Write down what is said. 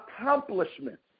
accomplishments